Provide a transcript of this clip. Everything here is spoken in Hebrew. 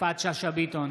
יפעת שאשא ביטון